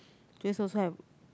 Jovis also have